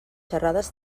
xerrades